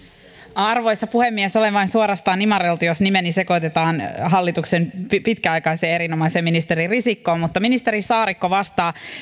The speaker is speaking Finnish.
arvoisa puhemies olen vain suorastaan imarreltu jos nimeni sekoitetaan hallituksen pitkäaikaiseen ja erinomaiseen ministeri risikkoon mutta ministeri saarikko vastaa